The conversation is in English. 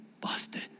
busted